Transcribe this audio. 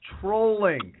trolling